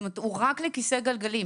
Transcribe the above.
רק לכיסא גלגלים.